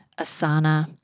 Asana